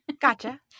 Gotcha